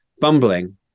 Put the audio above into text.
bumbling